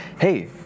Hey